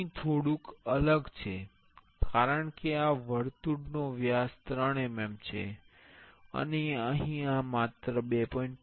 અહીં થોડુંક અલગ છે કારણ કે આ વર્તુળનો વ્યાસ 3 mm છે અને અહીં આ માત્ર 2